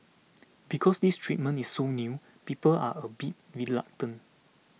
because this treatment is so new people are a bit reluctant